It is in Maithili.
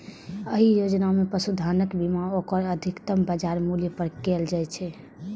एहि योजना मे पशुधनक बीमा ओकर अधिकतम बाजार मूल्य पर कैल जाइ छै